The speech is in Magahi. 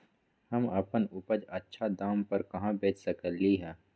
हम अपन उपज अच्छा दाम पर कहाँ बेच सकीले ह?